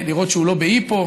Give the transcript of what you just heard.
לראות שהוא לא בהיפו,